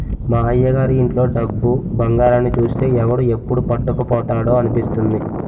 మా అయ్యగారి ఇంట్లో డబ్బు, బంగారాన్ని చూస్తే ఎవడు ఎప్పుడు పట్టుకుపోతాడా అనిపిస్తుంది